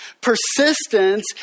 Persistence